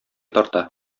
тарта